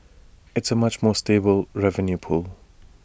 it's A much more stable revenue pool